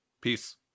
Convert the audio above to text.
Peace